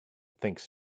thinks